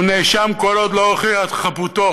הוא נאשם כל עוד לא הוכיח את חפותו.